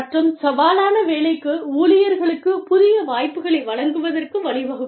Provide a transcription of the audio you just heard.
மற்றும் சவாலான வேலைக்கு ஊழியர்களுக்கு புதிய வாய்ப்புகளை வழங்குவதற்கு வழிவகுக்கும்